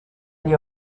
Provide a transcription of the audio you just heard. gli